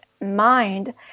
mind